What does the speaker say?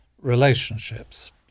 relationships